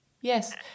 Yes